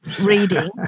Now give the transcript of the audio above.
reading